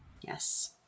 Yes